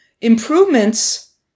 improvements